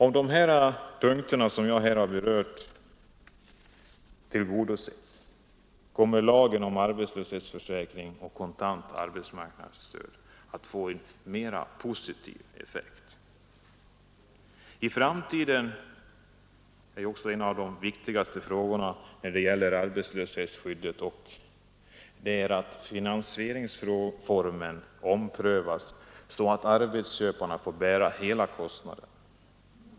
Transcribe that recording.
Om dessa punkter som jag här har berört tillgodoses kommer lagen om arbetslöshetsförsäkring och kontant arbetsmarknadsstöd att få en mer positiv effekt. I framtiden är också en av de viktigaste frågorna när det gäller arbetslöshetsskyddet att finansieringsformen omprövas så att arbetsköparna får bära hela kostnaden.